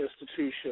institution